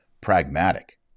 pragmatic